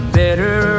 better